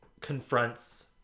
confronts